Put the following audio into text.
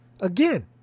Again